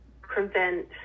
prevent